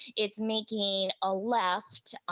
it's making a left,